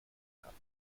kann